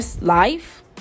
life